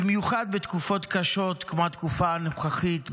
במיוחד בתקופות קשות כמו התקופה הנוכחית,